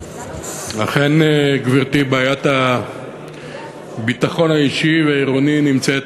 אכן, גברתי, בעיית הביטחון האישי והעירוני נמצאת